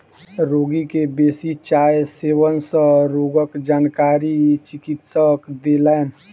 रोगी के बेसी चाय सेवन सँ रोगक जानकारी चिकित्सक देलैन